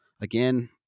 again